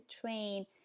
train